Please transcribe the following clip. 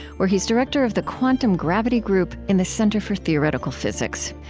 where he is director of the quantum gravity group in the center for theoretical physics.